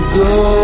go